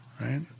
right